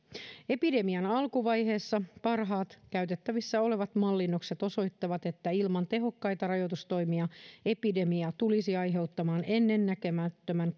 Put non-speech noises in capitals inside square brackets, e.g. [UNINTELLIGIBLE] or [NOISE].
epidemian alkuvaiheessa parhaat käytettävissä olevat mallinnokset osoittavat että ilman tehokkaita rajoitustoimia epidemia tulisi aiheuttamaan ennennäkemättömän [UNINTELLIGIBLE]